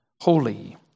holy